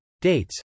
Dates